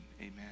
Amen